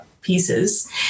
pieces